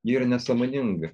ji yra nesąmoningai